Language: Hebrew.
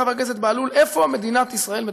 חבר הכנסת בהלול: איפה מדינת ישראל מתכננת?